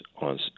on